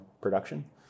production